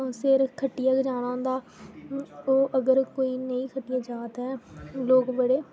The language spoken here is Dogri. सिर खट्टियै गै जाना होंदा ओह् अगर कोई नेईं खट्टियै जा ते लोक बड़े